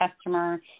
customer